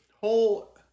whole